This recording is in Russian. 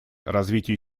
развитию